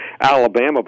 Alabama